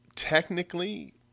Technically